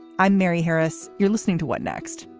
i'm mary harris. you're listening to what next.